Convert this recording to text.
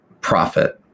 profit